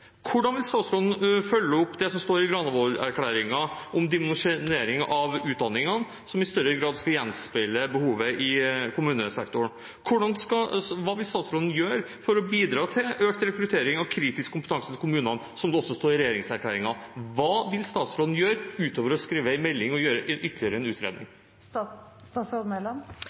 Hvordan vil statsråden følge opp det som står i Granavolden-erklæringen om dimensjonering av utdanningene, som i større grad skulle gjenspeile behovet i kommunesektoren? Hva vil statsråden gjøre for å bidra til økt rekruttering av kritisk kompetanse til kommunene, som det også står i regjeringserklæringen? Hva vil statsråden gjøre utover å skrive en melding og gjøre ytterligere en utredning? Først og fremst vil statsråden invitere Stortinget til en